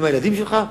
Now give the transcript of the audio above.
עם הילדים שלך,